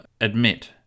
admit